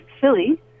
silly